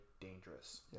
dangerous